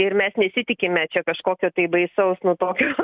ir mes nesitikime čia kažkokio tai baisaus nu tokio